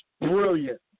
Brilliant